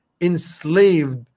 enslaved